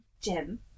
Jim